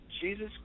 Jesus